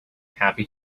happy